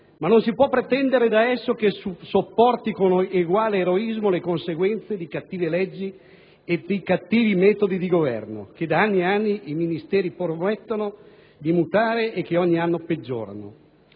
«ma non si può pretendere da esso che sopporti con eguale eroismo le conseguenze di cattive leggi e di cattivi metodi di governo, che da anni e anni i ministeri promettono di mutare, e che ogni anno peggiorano.